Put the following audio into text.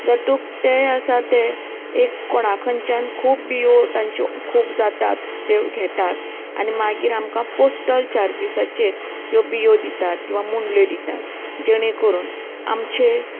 जातूंत ते आसा ते एक कोणा खंयच्यान खूब बियों तांच्यो खूब जातात त्यो घेतात आनी मागीर आमकां पोस्टल चार्जीसांचेर ह्यो बियों दितात किंवां मुंडल्यो दितात जेणे करून आमचे